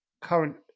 current